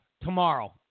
tomorrow